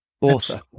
author